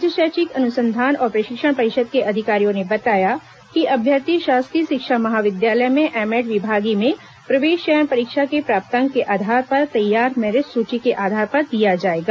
राज्य शैक्षिक अनुसंधान और प्रशिक्षण परिषद् के अधिकारियों ने बताया कि अभ्यर्थी शासकीय शिक्षा महाविद्यालय में एम एड विभागीय में प्रवेश चयन परीक्षा के प्राप्तांक के आधार पर तैयार मेरिट सूची के आधार पर दिया जाएगा